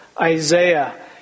Isaiah